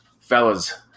fellas